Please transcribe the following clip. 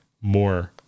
more